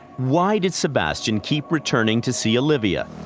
why did sebastian keep returning to see olivia?